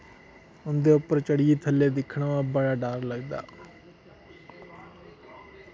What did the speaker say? उं'दे उप्पर चढ़ियै थल्लै दिक्खना होऐ बड़ा डर लगदा